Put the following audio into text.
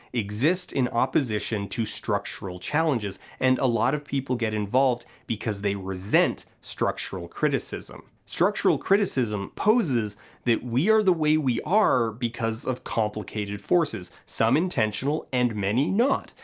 exist in opposition to structural challenges, and a lot of people get involved because they resent structural criticism. structural criticism poses that we are the way we are because of complicated forces, some intentional and many not,